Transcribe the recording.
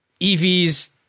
evs